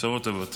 בשורות טובות.